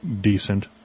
decent